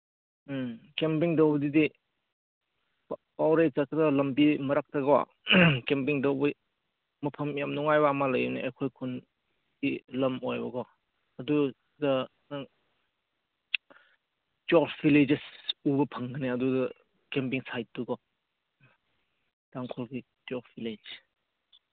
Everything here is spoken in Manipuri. ꯎꯝ ꯀꯦꯝꯄꯤꯡ ꯇꯧꯕꯗꯨꯗꯤ ꯄꯥꯎꯔꯩ ꯆꯠꯄꯗ ꯂꯝꯕꯤ ꯃꯔꯛꯇꯀꯣ ꯀꯦꯝꯄꯤꯡ ꯇꯧꯕ ꯃꯐꯝ ꯌꯥꯝ ꯅꯨꯡꯉꯥꯏꯕ ꯑꯃ ꯂꯩꯕꯅꯦ ꯑꯩꯈꯣꯏ ꯈꯨꯟꯒꯤ ꯂꯝ ꯑꯣꯏꯕꯀꯣ ꯑꯗꯨꯗ ꯅꯪ ꯇꯣꯞ ꯕꯤꯂꯦꯖꯦꯁ ꯎꯕ ꯐꯪꯒꯅꯤ ꯑꯗꯨꯗ ꯀꯦꯝꯄꯤꯡ ꯁꯥꯏꯠꯇꯨꯀꯣ ꯇꯥꯡꯈꯨꯜꯒꯤ ꯇꯣꯞ ꯕꯤꯂꯦꯖ